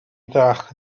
ddeall